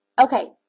Okay